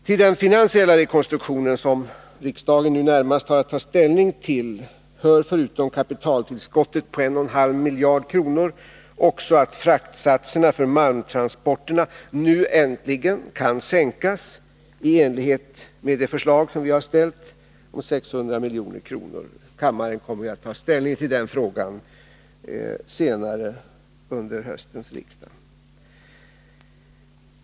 Till den finansiella rekonstruktionen, som riksdagen nu närmast har att ta ställning till, hör förutom kapitaltillskottet på 1,5 miljarder kronor också att fraktsatserna för malmtransporterna nu äntligen kan sänkas —i enlighet med det förslag som vi har lagt fram med 600 milj.kr. Kammaren kommer att ta ställning till den frågan senare under detta riksmöte.